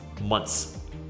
months